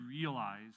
realize